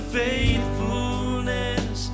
faithfulness